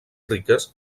riques